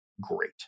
great